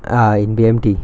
ah in B_M_T